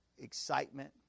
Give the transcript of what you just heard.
Excitement